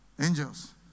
angels